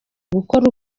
gukora